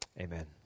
Amen